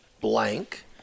blank